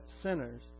sinners